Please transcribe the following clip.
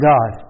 God